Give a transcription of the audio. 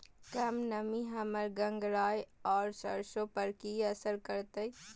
कम नमी हमर गंगराय आ सरसो पर की असर करतै?